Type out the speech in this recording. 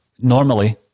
normally